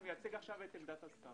אני מייצג עכשיו את עמדת השר.